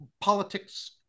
politics